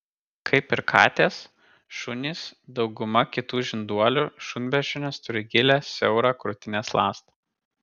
kaip ir katės šunys dauguma kitų žinduolių šunbeždžionės turi gilią siaurą krūtinės ląstą